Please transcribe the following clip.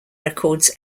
records